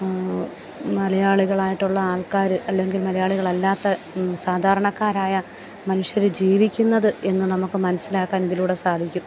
മലയാളികളായിട്ടുള്ള ആൾക്കാർ അല്ലെങ്കിൽ മലയാളികളല്ലാത്ത സാധാരണക്കാരായ മനുഷ്യർ ജീവിക്കുന്നത് എന്ന് നമുക്ക് മനസ്സിലാക്കാൻ ഇതിലൂടെ സാധിക്കും